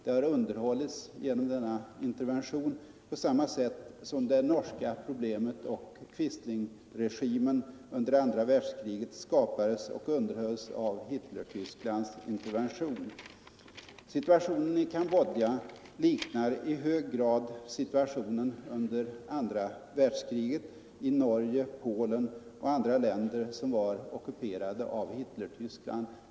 Det har underhållits genom denna intervention på samma sätt som det norska problemet och Quislingregimen under andra världskriget skapades och underhölls av Hitlertysklands intervention. Situationen i Cambodja liknar i hög grad situationen under andra världskriget i Norge, Polen och andra länder som var ockuperade av Hitlertyskland.